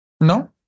No